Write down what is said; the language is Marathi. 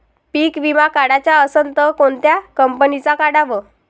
पीक विमा काढाचा असन त कोनत्या कंपनीचा काढाव?